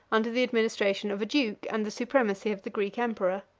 under the administration of a duke and the supremacy of the greek emperor.